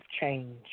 change